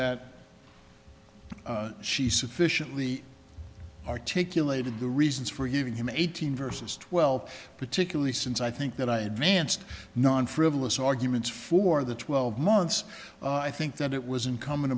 that she sufficiently articulated the reasons for giving him eighteen versus twelve particularly since i think that i advanced non frivolous arguments for the twelve months i think that it was incumbent